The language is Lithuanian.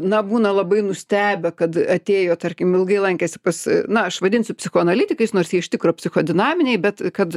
na būna labai nustebę kad atėjo tarkim ilgai lankėsi pas na aš vadinsiu psichoanalitikais nors jie iš tikro psicho dinaminiai bet kad